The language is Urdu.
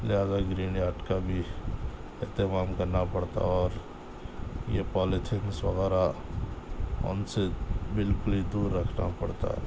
لہٰذا گرین یارڈ کا بھی اہتمام کرنا پڑتا اور یہ پولیتھینس وغیرہ ان سے بالکل ہی دور رکھنا پڑتا